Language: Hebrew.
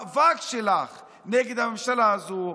אז אני שותף במאבק שלך נגד הממשלה הזו,